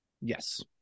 Yes